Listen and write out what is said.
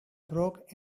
broke